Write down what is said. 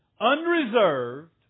Unreserved